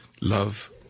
love